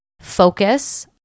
focus